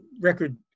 record